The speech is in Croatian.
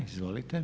Izvolite.